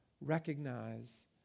recognize